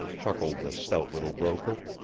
chuckled the stout little broker,